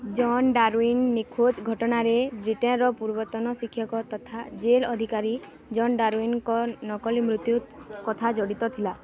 ଜନ୍ Darwin ନିଖୋଜ ଘଟଣାରେ ବ୍ରିଟେନର ପୂର୍ବତନ ଶିକ୍ଷକ ତଥା ଜେଲ୍ ଅଧିକାରୀ ଜନ୍ ଡାରଉଇନ୍ଙ୍କ ନକଲି ମୃତ୍ୟୁ କଥା ଜଡ଼ିତ ଥିଲା